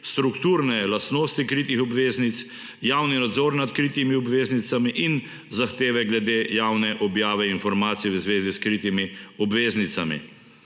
strukturne lastnosti kritih obveznic, javni nadzor nad kritimi obveznicami in zahteve glede javne objave informacij v zvezi s kritimi obveznicami.